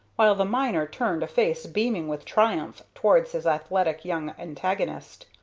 while the miner turned a face beaming with triumph towards his athletic young antagonist.